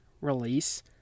release